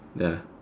the